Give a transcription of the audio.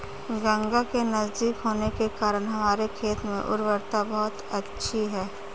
गंगा के नजदीक होने के कारण हमारे खेत में उर्वरता बहुत अच्छी है